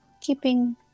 keeping